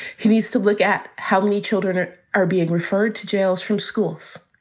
he needs to look at how many children are are being referred to jails from schools.